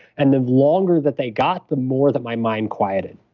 and the longer that they got, the more that my mind quieted.